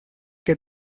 que